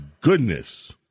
goodness